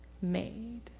made